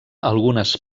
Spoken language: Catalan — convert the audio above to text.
algunes